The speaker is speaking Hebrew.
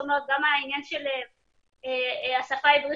גם העניין של השפה העברית,